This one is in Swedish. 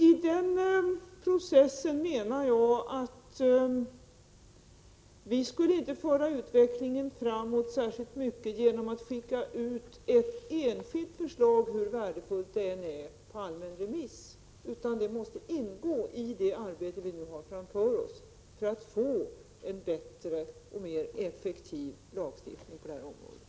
I den processen menar jag att vi inte skulle föra utvecklingen framåt särskilt mycket genom att skicka ut ett enskilt förslag, hur värdefullt det än är, på allmän remiss, utan det måste ingå i det arbete vi nu har framför oss för att få en bättre och effektivare lagstiftning på detta område.